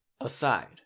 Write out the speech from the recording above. aside